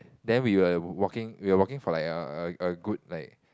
then we were walking we were walking for like err a good like